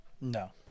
No